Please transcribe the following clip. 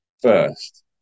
first